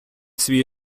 свій